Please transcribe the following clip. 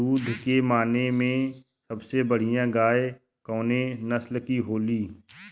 दुध के माने मे सबसे बढ़ियां गाय कवने नस्ल के होली?